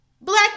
Black